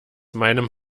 meinem